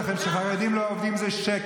כל התזה שלכם שחרדים לא עובדים זה שקר.